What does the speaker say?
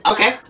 Okay